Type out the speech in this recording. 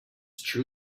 true